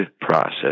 process